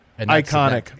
Iconic